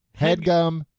headgum